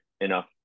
enough